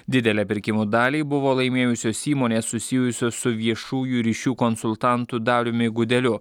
didelę pirkimų dalį buvo laimėjusios įmonės susijusios su viešųjų ryšių konsultantu dariumi gudeliu